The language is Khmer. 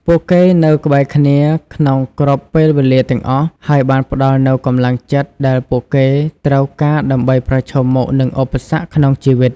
ពួកគេនៅក្បែរគ្នាក្នុងគ្រប់ពេលវេលាទាំងអស់ ហើយបានផ្តល់នូវកម្លាំងចិត្តដែលពួកគេត្រូវការដើម្បីប្រឈមមុខនឹងឧបសគ្គក្នុងជីវិត។